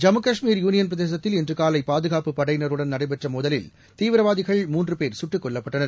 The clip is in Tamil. ஜம்மு காஷ்மீர் யூனியன்பிரதேசத்தில் இன்றுகாலபாதுகாப்பு படையினருடன் நடைபெற்றமோதலில் தீவிரவாதிகள் மூன்றுபேர் சுட்டுக் கொல்லப்பட்டனர்